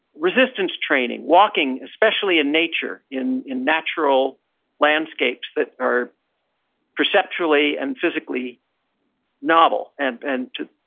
resistance training. walking, especially in nature, in in natural landscapes that are perceptually and physically novel and and to,